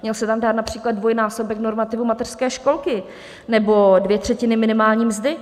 Měl se tam dát například dvojnásobek normativu mateřské školky nebo dvě třetiny minimální mzdy.